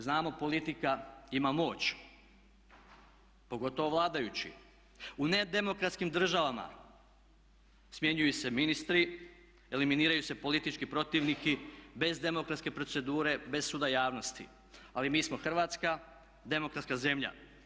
Znamo politika ima moć pogotovo vladajući, u nedemokratskim državama smjenjuju se ministri, eliminiraju se politički protivnici bez demokratske procedure, bez suda javnosti ali mi smo Hrvatska, demokratska zemlja.